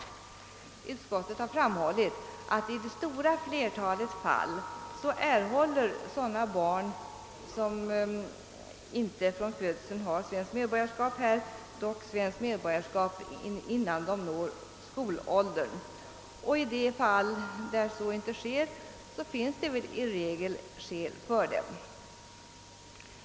Utskottet har framhållit att i det stora flertalet fall erhåller dock de barn som inte från födelsen har svenskt medborgarskap sådant innan de når skolåldern. I de fall där så inte sker finns i regel skäl härför.